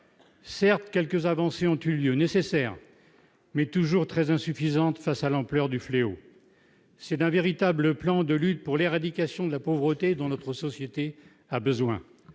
certes quelques avancées ont eu lieu nécessaire mais toujours très insuffisante face à l'ampleur du fléau c'est d'un véritable plan de lutte pour l'éradication de la pauvreté dans notre société a besoin,